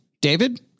David